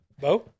Bo